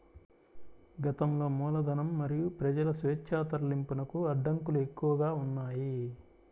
గతంలో మూలధనం మరియు ప్రజల స్వేచ్ఛా తరలింపునకు అడ్డంకులు ఎక్కువగా ఉన్నాయి